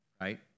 right